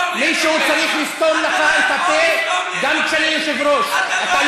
גם אמרת על היושב-ראש: בריון שכונתי,